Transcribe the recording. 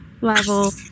level